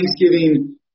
Thanksgiving